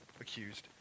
accused